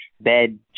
bed